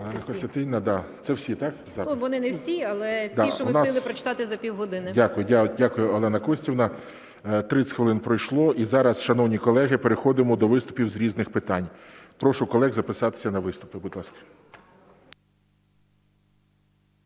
О.К. Вони не всі, але ті, що ми встигли прочитати за пів години. ГОЛОВУЮЧИЙ. Дякую, Олена Костівна. 30 хвилин пройшло. І зараз, шановні колеги, переходимо до виступів з різних питань. Прошу колег записатися на виступи, будь ласка.